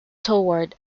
toward